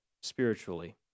spiritually